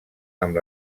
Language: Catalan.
amb